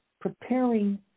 preparing